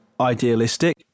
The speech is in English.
idealistic